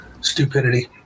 stupidity